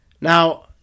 Now